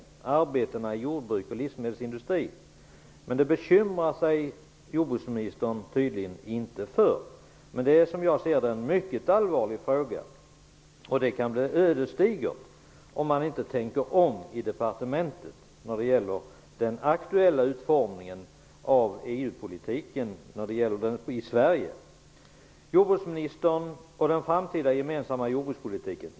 Det gäller då arbetena inom jordbruk och livsmedelsindustri. Det bekymrar tydligen inte jordbruksministern. Som jag ser saken är det en mycket allvarlig fråga. Det kan bli ödesdigert om man på departementet inte tänker om när det gäller den aktuella utformningen av EU-politiken i Sverige. Ja, det är självklart att vi framöver skall diskutera den framtida gemensamma jordbrukspolitiken.